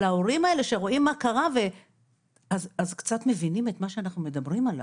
על ההורים האלה שרואים מה קרה ואז קצת מבינים את מה שאנחנו מדברים עליו.